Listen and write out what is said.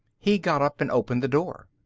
he got up and opened the door.